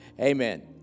Amen